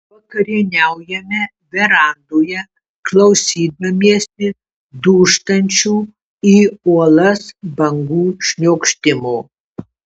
vakarieniaujame verandoje klausydamiesi dūžtančių į uolas bangų šniokštimo